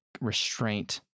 restraint